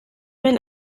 mein